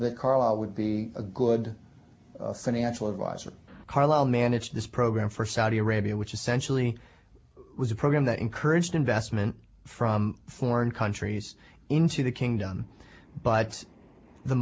that carlyle would be a good financial advisor carlyle managed this program for saudi arabia which essentially was a program that encouraged investment from foreign countries into the kingdom but the